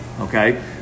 okay